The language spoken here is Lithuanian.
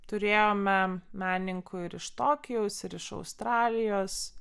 turėjome menininkų ir iš tokijaus ir iš australijos